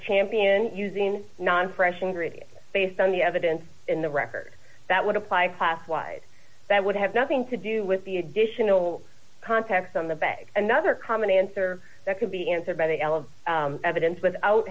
champion using non fresh ingredients based on the evidence in the record that would apply class wise that would have nothing to do with the additional contacts on the bag another common answer that could be answered by the l of evidence without